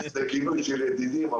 היא לא הייתה בעמדה שלנו, זה לא קשור.